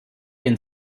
den